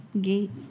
Gate